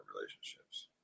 relationships